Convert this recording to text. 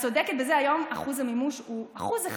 את צודקת בזה, היום אחוז המימוש הוא 1% בישראל.